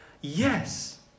yes